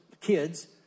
kids